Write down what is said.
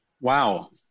Wow